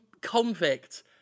convict